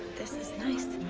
this is nice.